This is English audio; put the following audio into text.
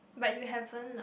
but you haven't lah